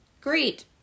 great